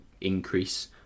increase